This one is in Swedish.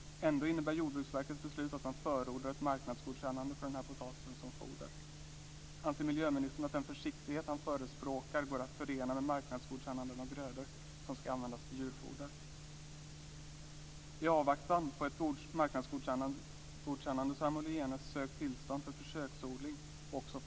Ändå innebär Jordbruksverkets beslut att man förordar ett marknadsgodkännande för denna potatis som foder. Anser miljöministern att den försiktighet som han förespråkar går att förena med marknadsgodkännanden av grödor som ska användas till djurfoder? Amylogene sökt tillstånd för försöksodling och också fått det.